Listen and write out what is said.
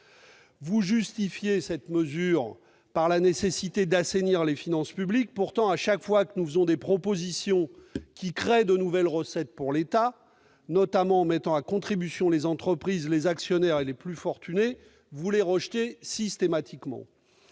Vous justifiez cette mesure par la nécessité d'assainir les finances publiques. Pourtant, chaque fois que nous faisons des propositions visant à dégager de nouvelles recettes pour l'État, notamment en mettant à contribution les entreprises, les actionnaires et les plus fortunés, vous les rejetez systématiquement.